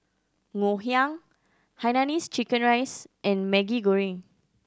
Ngoh Hiang hainanese chicken rice and Maggi Goreng